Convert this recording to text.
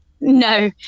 no